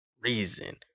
reason